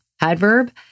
adverb